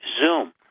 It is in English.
Zoom